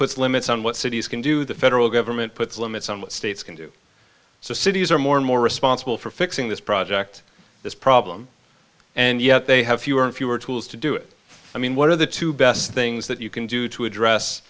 puts limits on what cities can do the federal government puts limits on what states can do so cities are more and more responsible for fixing this project this problem and yet they have fewer and fewer tools to do it i mean one of the two best things that you can do to address